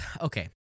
okay